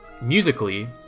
musically